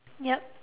yup